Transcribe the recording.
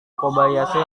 kobayashi